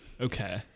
okay